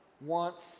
wants